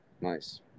nice